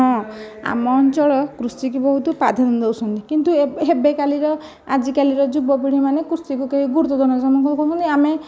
ହଁ ଆମ ଅଞ୍ଚଳ କୃଷି କୁ ବହୁତ ପ୍ରାଧାନ୍ୟ ଦେଉଛନ୍ତି କିନ୍ତୁ ଏବେ କାଲିର ଆଜିକାଲିର ଯୁବପିଢ଼ୀମାନେ କୃଷିକୁ କେହି ଗୁରୁତ୍ୱ ଦେଉନାହାନ୍ତି ସମସ୍ତେ ଖାଲି କହୁଛନ୍ତି ଆମେ